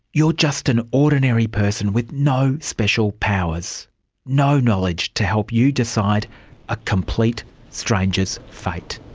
you're just an ordinary person with no special powers no knowledge to help you decide a complete stranger's fate.